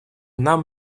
нам